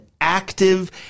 active